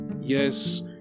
Yes